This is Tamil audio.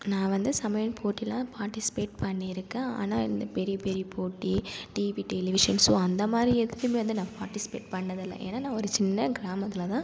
நான் வந்து சமையல் போட்டியில் பார்ட்டிஸ்பேட் பண்ணியிருக்கேன் ஆனால் இந்த பெரிய பெரிய போட்டி டிவி டெலிவிஷன் ஷோ அந்தமாதிரி எதுக்கும் வந்து நான் பார்ட்டிஸ்பேட் பண்ணிணது இல்லை ஏன்னா நான் ஒரு சின்ன கிராமத்தில் தான்